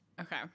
Okay